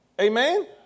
Amen